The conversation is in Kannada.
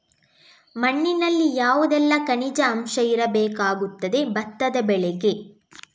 ಮಣ್ಣಿನಲ್ಲಿ ಯಾವುದೆಲ್ಲ ಖನಿಜ ಅಂಶ ಇರಬೇಕಾಗುತ್ತದೆ ಭತ್ತದ ಬೆಳೆಗೆ?